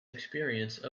experience